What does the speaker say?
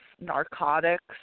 narcotics